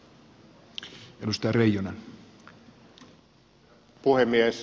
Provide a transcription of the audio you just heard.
herra puhemies